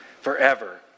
forever